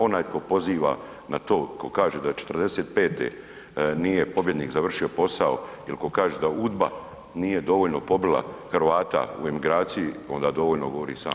Onaj tko poziva na to, tko kaže da '45. nije pobjednik završio posao jel ko kaže da udba nije dovoljno pobila Hrvata u emigraciji onda dovoljno govori samo za sebe.